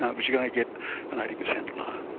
ah but you're going to get an eighty percent loan,